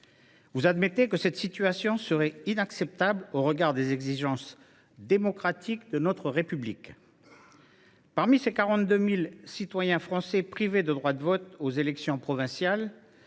Vous admettrez que cette situation serait inacceptable au regard des exigences démocratiques de notre République ! Parmi ces 42 000 citoyens français ainsi privés du droit de vote aux élections provinciales,